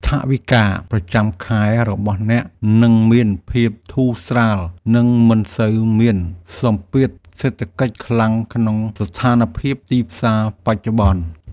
ថវិកាប្រចាំខែរបស់អ្នកនឹងមានភាពធូរស្រាលនិងមិនសូវមានសម្ពាធសេដ្ឋកិច្ចខ្លាំងក្នុងស្ថានភាពទីផ្សារបច្ចុប្បន្ន។